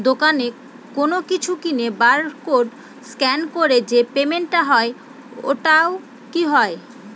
দোকানে কোনো কিছু কিনে বার কোড স্ক্যান করে যে পেমেন্ট টা হয় ওইটাও কি হয়?